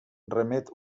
remet